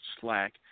Slack –